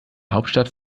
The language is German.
hauptstadt